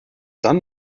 dann